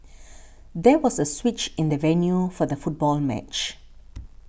there was a switch in the venue for the football match